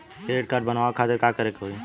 Credit card बनवावे खातिर का करे के होई?